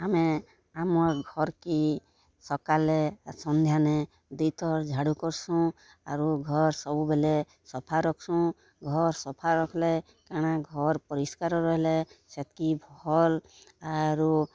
ଆମେ ଆମର୍ ଘରକି ସକାଲେ ସନ୍ଧ୍ୟାନେ ଦୁଇଥର୍ ଝାଡ଼ୁ କରସୁଁ ଆରୁ ଘର୍ ସବୁବେଲେ ସଫା ରଖସୁଁ ଘର୍ ସଫା ରଖଲେ କାଣା ଘର୍ ପରିଷ୍କାର୍ ରହେଲେ ସେତକି ଭଲ୍ ଆରୁ